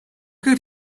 good